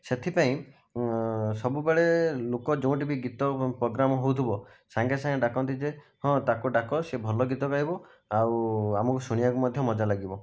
ସେଥିପାଇଁ ସବୁବେଳେ ଲୋକ ଯେଉଁଠି ବି ଗୀତ ପ୍ରୋଗ୍ରାମ ହେଉଥିବ ସାଙ୍ଗେ ସାଙ୍ଗେ ଡାକନ୍ତି ଯେ ହଁ ତାକୁ ଡାକ ସେ ଭଲ ଗୀତ ଗାଇବ ଆଉ ଆମକୁ ଶୁଣିବାକୁ ମଧ୍ୟ ମଜା ଲାଗିବ